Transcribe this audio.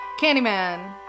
Candyman